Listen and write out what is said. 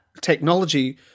technology